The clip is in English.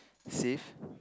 safe